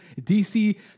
DC